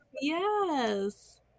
Yes